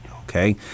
okay